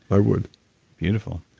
i would beautiful.